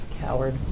Coward